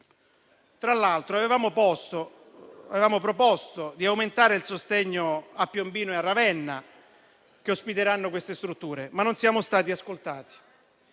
Tra l'altro, avevamo proposto di aumentare il sostegno a Piombino e a Ravenna, che ospiteranno queste strutture, ma non siamo stati ascoltati.